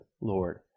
Lord